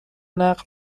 نقل